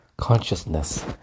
Consciousness